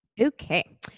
Okay